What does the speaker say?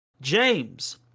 James